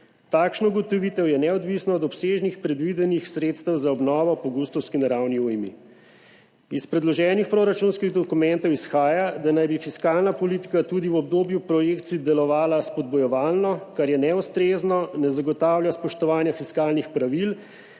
Takšna ugotovitev je neodvisna od obsežnih predvidenih sredstev za obnovo po avgustovski naravni ujmi. Iz predloženih proračunskih dokumentov izhaja, da naj bi fiskalna politika tudi v obdobju projekcij delovala spodbujevalno, kar je neustrezno, ne zagotavlja spoštovanja fiskalnih pravil